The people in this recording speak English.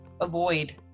avoid